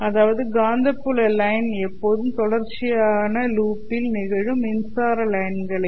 அதாவது காந்தப்புல லைன் எப்போதும் தொடர்ச்சியான லூப்பில் நிகழும் மின்சார லைன்களை